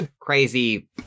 crazy